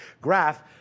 graph